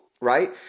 right